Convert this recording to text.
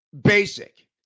basic